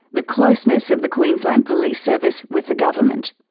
the closeness of the queensland police service with the government.